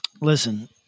Listen